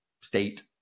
state